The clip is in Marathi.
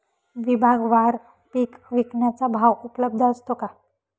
विभागवार पीक विकण्याचा भाव उपलब्ध असतो का?